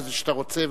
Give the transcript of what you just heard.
איזו שאתה רוצה,